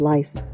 Life